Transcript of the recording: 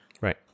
Right